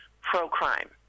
pro-crime